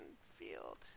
field